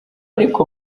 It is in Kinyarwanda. ariko